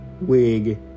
wig